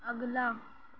اگلا